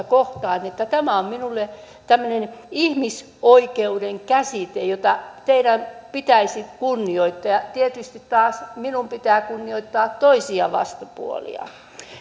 kohtaan että tämä on minulle tämmöinen ihmisoikeuden käsite jota teidän pitäisi kunnioittaa tietysti taas minun pitää kunnioittaa toisia vastapuolia